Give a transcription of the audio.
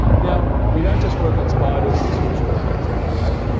now, we don't just work on spiders and pseudoscorpions in my lab.